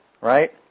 right